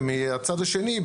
ומהצד השני,